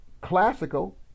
classical